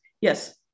yes